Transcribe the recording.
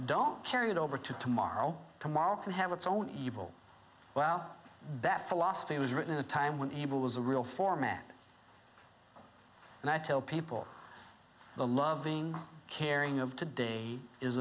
don't carry it over to tomorrow tomorrow can have its own evil well that philosophy was written in a time when evil was a real format and i tell people the loving caring of today is